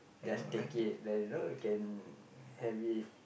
just take it you know we can have it